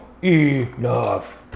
Enough